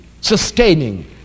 sustaining